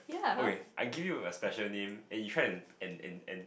okay I give you a special name and you try to and and and